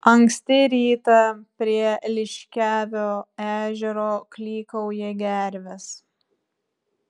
anksti rytą prie liškiavio ežero klykauja gervės